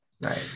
Right